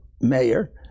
mayor